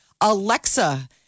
Alexa